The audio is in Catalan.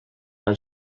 van